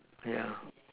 ya